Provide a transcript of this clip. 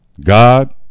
God